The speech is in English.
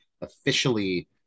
officially